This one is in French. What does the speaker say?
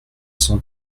cent